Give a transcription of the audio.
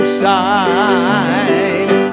side